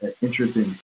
interesting